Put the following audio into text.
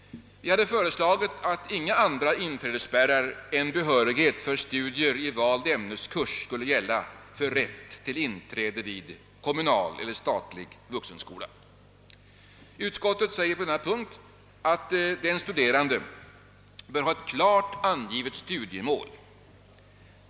Vi har föreslagit att inga andra inträdesspärrar än behörighet för studier i vald ämneskurs skulle gälla för rätt till inträde vid kommunal eller statlig vuxenskola. Utskottet säger på denna punkt, att den studerande bör ha ett klart angivet studiemål.